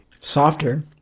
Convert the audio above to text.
Softer